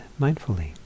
mindfully